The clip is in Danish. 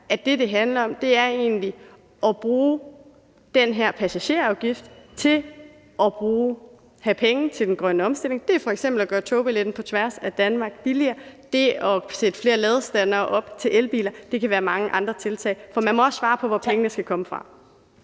at det, det handler om, egentlig er at bruge den her passagerafgift til at have penge til den grønne omstilling. Det er f.eks. til at gøre togbilletten på tværs af Danmark billigere, det er til at sætte flere ladestandere op til elbiler, og det kan være mange andre tiltag. For man må også svare på, hvor pengene skal komme fra.